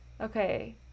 Okay